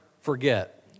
forget